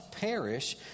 perish